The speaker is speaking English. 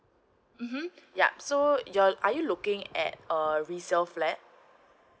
mmhmm yup so you're are you looking at a resale flat